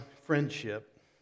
friendship